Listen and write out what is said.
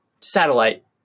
satellite